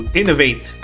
innovate